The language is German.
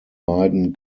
beiden